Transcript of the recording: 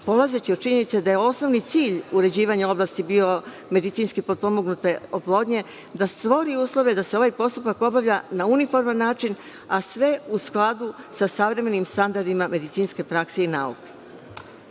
polazeći od činjenice da je osnovni cilj uređivanja oblasti biomedicinski potpomognute oplodnje da stvori uslove da se ovaj postupak obavlja na uniforman način, a sve u skladu sa savremenim standardima medicinske prakse i nauke. Jedan